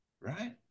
right